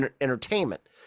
entertainment